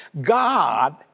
God